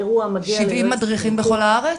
70 מדריכים בכל הארץ?